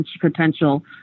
potential